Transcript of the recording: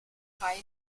rein